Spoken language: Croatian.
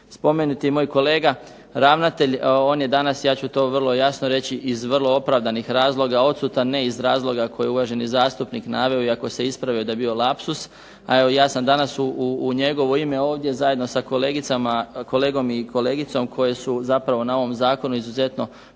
Spomenuti moj kolega ravnatelj, on je danas ja ću to vrlo jasno reći iz vrlo opravdanih razloga odsutan, ne iz razloga koje je uvaženi zastupnik naveo iako se ispravio da je bio lapsus. Evo ja sam danas ovdje u njegovo ime zajedno sa kolegicom i kolegom koji su zapravo na ovom zakonu izuzetno